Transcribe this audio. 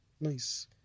nice